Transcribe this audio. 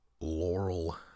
laurel